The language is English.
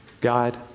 God